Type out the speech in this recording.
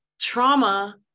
trauma